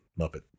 Muppet